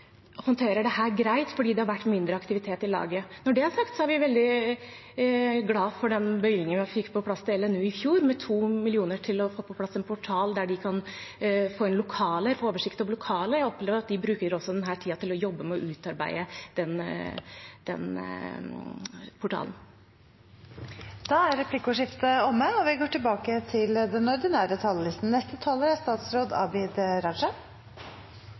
håndterer det greit fordi det har vært mindre aktivitet i laget. Når det er sagt, er vi veldig glad for den bevilgningen vi fikk på plass til LNU i fjor, med 2 mill. kr til en portal der de kan få oversikt over lokaler. Jeg opplever også at de bruker denne tiden til å jobbe med å utarbeide den portalen. Replikkordskiftet er omme. 2020 har vært et år med mange prøvelser. Den